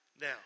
Now